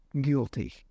Guilty